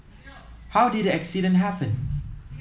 how did the accident happen